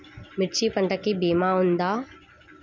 మిర్చి పంటకి భీమా ఉందా?